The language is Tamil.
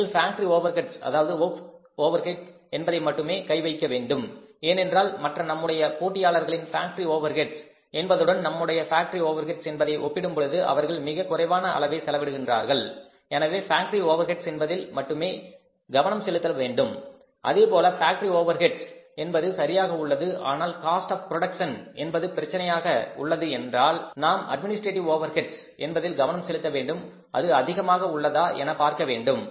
நீங்கள் பாக்டரி ஓவெர்ஹெட்ஸ் அதாவது ஒர்க்ஸ் ஓவர்ஹெட்ஸ் என்பதை மட்டுமே கைவைக்க வேண்டும் ஏனென்றால் மற்ற நம்முடைய போட்டியாளர்களின் பாக்டரி ஓவர்ஹெட்ஸ் என்பதுடன் நம்முடைய பாக்டரி ஓவர்ஹெட்ஸ் என்பதை ஒப்பிடும்போது அவர்கள் மிக குறைவான அளவே செலவிடுகிறார்கள் எனவே பாக்டரி ஓவர்ஹெட்ஸ் என்பதில் மட்டுமே கவனம் செலுத்த வேண்டும் அதே போல பாக்டரி ஓவர்ஹெட்ஸ் என்பது சரியாக உள்ளது ஆனால் காஸ்ட் ஆஃ புரோடக்சன் என்பது பிரச்சனை உள்ளதாக உள்ளது என்றால் நம் அட்மினிஸ்டரேட்டிவ் ஓவெர்ஹெட்ஸ் என்பதில் கவனம் செலுத்த வேண்டும் அது அதிகமாக உள்ளதா என பார்க்க வேண்டும்